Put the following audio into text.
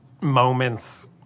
moments